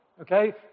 okay